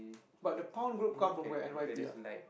but the group come from where n_y_p ah